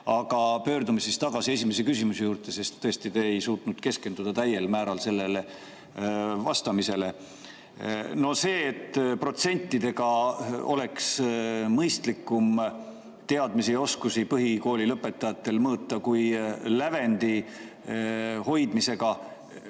pöördume tagasi esimese küsimuse juurde, sest tõesti te ei suutnud keskenduda täiel määral sellele vastamisele. No see, et protsentidega oleks mõistlikum põhikoolilõpetajate teadmisi ja oskusi mõõta kui lävendi hoidmisega,